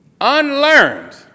unlearned